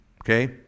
Okay